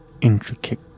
intricate